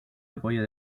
apoyo